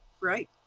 right